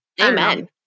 Amen